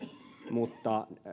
mutta